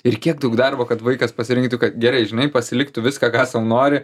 ir kiek daug darbo kad vaikas pasirinktų kad gerai žinai pasilik tu viską ką sau nori